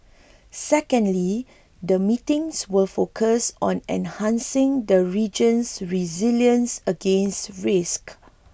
secondly the meetings will focus on enhancing the region's resilience against risk